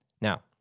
Now